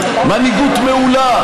מנהיגות מעולה,